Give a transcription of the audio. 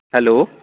hello